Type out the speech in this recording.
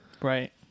Right